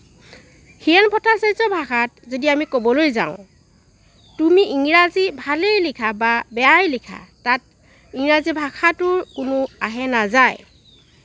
হিৰেণ ভট্টাচাৰ্যৰ ভাষাত যদি আমি ক'বলৈ যাওঁ তুমি ইংৰাজী ভালেই লিখা বা বেয়াই লিখা তাত ইংৰাজী ভাষাটোৰ কোনো আহে নাযায়